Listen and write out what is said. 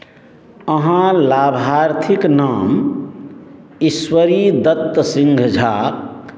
अहाँ लाभार्थीक नाम ईश्वरीदत्त सिंह झा